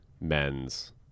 men's